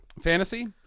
Fantasy